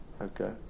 Okay